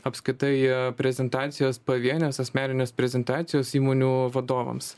apskritai prezentacijas pavienes asmenines prezentacijas įmonių vadovams